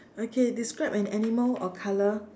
okay describe an animal or colour